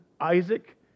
Isaac